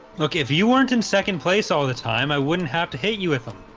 look if you weren't in second place all the time, i wouldn't have to hate you with them.